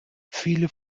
viele